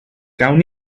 gawn